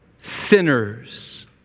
sinners